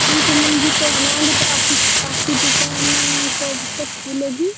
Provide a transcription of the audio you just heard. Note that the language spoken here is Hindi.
ठीक है मिलेगी तो हम आएँगे तो आपकी आपकी दुकान कब तक खुलेगी